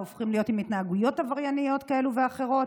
הופכים להיות עם התנהגויות עברייניות כאלה ואחרות,